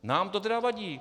Nám to tedy vadí.